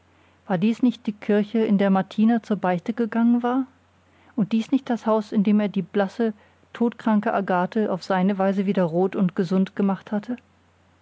war dies nicht die kirche in der martina zur beichte gegangen war und dies nicht das haus in dem er die blasse todkranke agathe auf seine weise wieder rot und gesund gemacht hatte